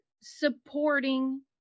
supporting